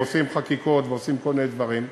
ועושים חקיקות ועושים כל מיני דברים.